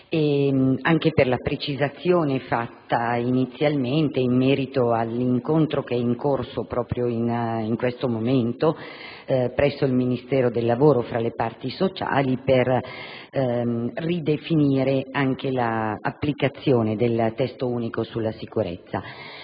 anche per la precisazione fatta all'inizio del suo intervento in merito all'incontro, in corso proprio in questo momento presso il Ministero del lavoro, fra le parti sociali per ridefinire l'applicazione del Testo unico sulla sicurezza.